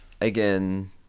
again